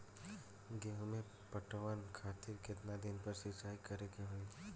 गेहूं में पटवन खातिर केतना दिन पर सिंचाई करें के होई?